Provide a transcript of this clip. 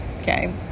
okay